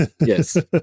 yes